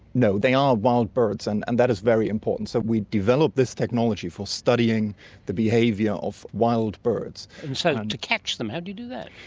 no, they are wild birds and and that is very important. so we developed this technology for studying the behaviour of wild birds. and so to catch them, how do you do that?